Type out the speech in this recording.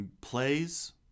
Plays